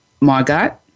Margot